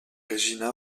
regina